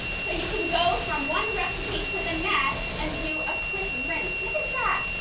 so you can go from one recipe to the next and do a quick rinse. look at that.